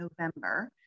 November